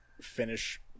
finish